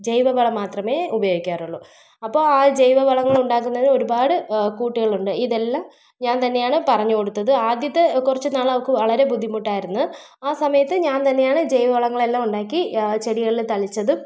ജൈവ വളം മാത്രമേ ഉപയോഗിക്കാറുള്ളൂ അപ്പോൾ ആ ജൈവ വളങ്ങൾ ഉണ്ടാക്കുന്നത് ഒരുപാട് കൂട്ടുകളുണ്ട് ഇതെല്ലാം ഞാൻ തന്നെയാണ് പറഞ്ഞ് കൊടുത്തത് ആദ്യത്തെ കുറച്ച് നാൾ അവൾക്ക് വളരെ ബുദ്ധിമുട്ടായിരുന്നു ആ സമയത്ത് ഞാൻ തന്നെയാണ് ജൈവ വളങ്ങളെല്ലാം ഉണ്ടാക്കി ചെടികളിൽ തളിച്ചതും